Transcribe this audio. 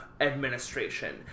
administration